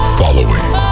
following